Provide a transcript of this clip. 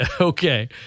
Okay